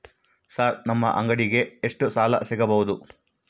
Sir ನಮ್ಮ ಅಂಗಡಿಗೆ ಎಷ್ಟು ಸಾಲ ಸಿಗಬಹುದು?